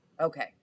Okay